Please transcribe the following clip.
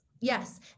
yes